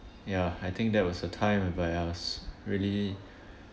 ya I think that was the time whereby I was really